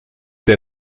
der